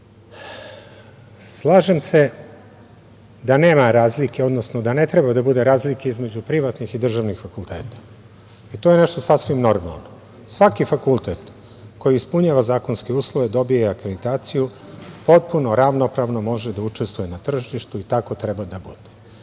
se da nema razlike, odnosno da ne treba da bude razlike između privatnih i državnih fakulteta. To je nešto sasvim normalno, svaki fakultet koji ispunjava zakonske uslove dobija akreditaciju, potpuno ravnopravno može da učestvuje na tržištu i tako treba da bude. Sada,